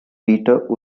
peter